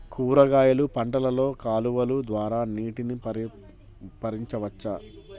కూరగాయలు పంటలలో కాలువలు ద్వారా నీటిని పరించవచ్చా?